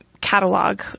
catalog